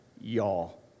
y'all